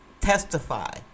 testify